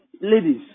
ladies